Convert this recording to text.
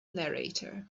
narrator